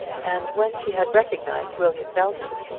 and when she had recognised william belton,